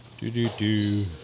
Do-do-do